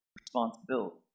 Responsibility